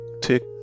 take